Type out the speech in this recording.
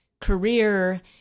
career